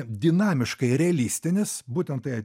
dinamiškai realistinis būtent tai